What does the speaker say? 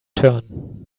turn